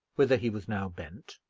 whither he was now bent,